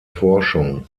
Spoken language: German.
forschung